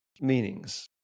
meanings